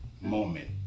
moment